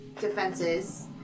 defenses